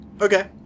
Okay